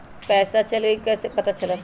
पैसा चल गयी कैसे पता चलत?